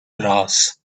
brass